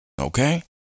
Okay